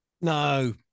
no